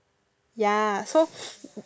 ya so